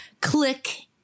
Click